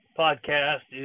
podcast